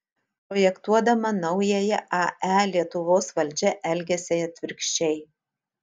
projektuodama naująją ae lietuvos valdžia elgiasi atvirkščiai